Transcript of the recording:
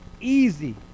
easy